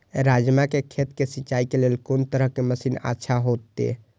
राजमा के खेत के सिंचाई के लेल कोन तरह के मशीन अच्छा होते?